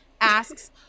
asks